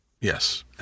Yes